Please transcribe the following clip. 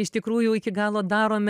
iš tikrųjų iki galo darome